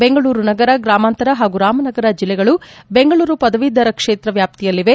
ಬೆಂಗಳೂರು ನಗರ ಗ್ರಾಮಾಂತರ ಹಾಗೂ ರಾಮನಗರ ಜಿಲ್ಲೆಗಳು ಬೆಂಗಳೂರು ಪದವೀಧರ ಕ್ಷೇತ್ರ ವ್ಯಾಪ್ತಿಯಲ್ಲಿವೆ